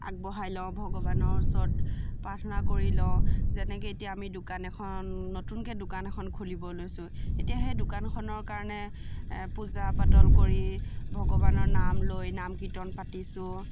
আগবঢ়াই লওঁ ভগৱানৰ ওচৰত প্ৰাৰ্থনা কৰি লওঁ যেনেকৈ এতিয়া আমি দোকান এখন নতুনকৈ দোকান এখন খুলিব লৈছোঁ এতিয়া সেই দোকানখনৰ কাৰণে পূজা পাতল কৰি ভগৱানৰ নাম লৈ নাম কীৰ্তন পাতিছোঁ